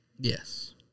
yes